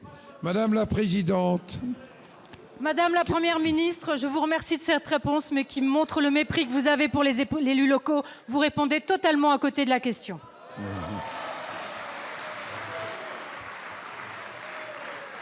pour la réplique. Madame la Première ministre, je vous remercie de cette réponse, qui montre le mépris que vous avez pour les élus locaux. Vous répondez totalement à côté de la question